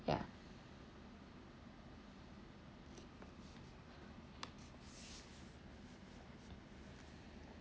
ya